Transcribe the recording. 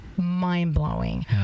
mind-blowing